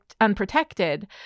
unprotected